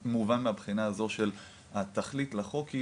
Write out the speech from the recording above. מובן מהבחינה הזו של התכלית לחוק היא,